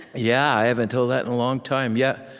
yeah, i haven't told that in a long time. yeah